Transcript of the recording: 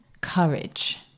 courage